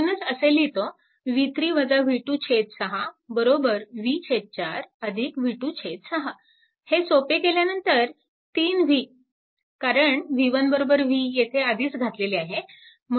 म्हणूनच असे लिहितो 6 v4 v26 हे सोपे केल्यानंतर 3v कारण v1 v येथे आधीच घातलेले आहे